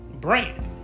brand